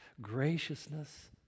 graciousness